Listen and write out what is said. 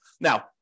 Now